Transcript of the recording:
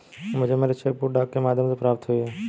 मुझे मेरी cheque book डाक के माध्यम से प्राप्त हुई है